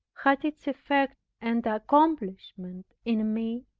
had its effect and accomplishment in me?